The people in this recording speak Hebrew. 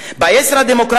ב"ישרא-דמוקרטיה",